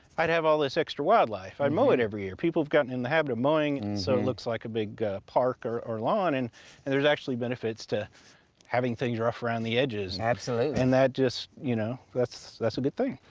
i'd have all this extra wildlife. i mow it every year. people have gotten in the habit of mowing and so it looks like a big park or or lawn, and and there's actually benefits to having things rough around the edge. absolutely. and that just, you know, that's that's a good thing.